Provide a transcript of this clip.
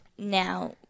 now